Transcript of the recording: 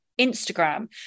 Instagram